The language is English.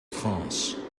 france